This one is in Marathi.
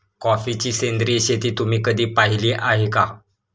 कॉफीची सेंद्रिय शेती तुम्ही कधी पाहिली आहे का?